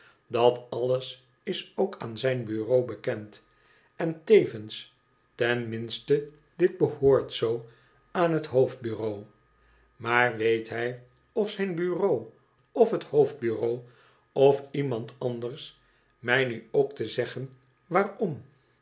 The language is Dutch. dat alles is ook aan zijn bureau bekend en tevens ten minste dit behoort zoo aan het hoofd bureau maar weet hij of zijn bureau of het hoofd bureau of iemand anders mij nu ook te zeggen waarom